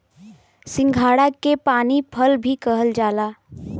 सिंघाड़ा के पानी फल भी कहल जाला